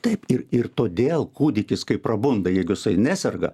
taip ir ir todėl kūdikis kai prabunda jeigu jisai neserga